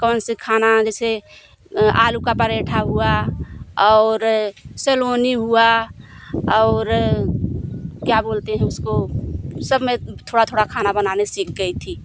कौनसी खाना जैसे आलू का पराठा हुआ और सलोनी हुआ और क्या बोलते हैं उसको सब मैं थोड़ा थोड़ा खाना बनाना सीख गई